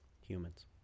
humans